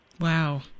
Wow